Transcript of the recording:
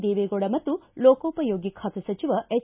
ದೇವೇಗೌಡ ಮತ್ತು ಲೋಕೋಪಯೋಗಿ ಖಾತೆ ಸಚಿವ ಎಚ್